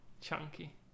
chunky